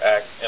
Act